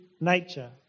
nature